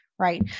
right